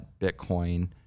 Bitcoin